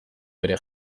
bere